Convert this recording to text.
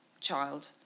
child